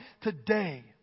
Today